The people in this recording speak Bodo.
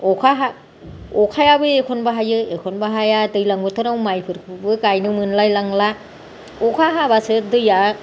अखायाबो एखनबा हायो एखनबा हाया दैज्लां बोथोराव माइफोरखौबो गायनो मोनलायलांला अखा हाबासो दैया